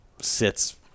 sits